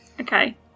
Okay